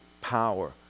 power